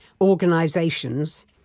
organisations